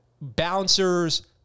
bouncers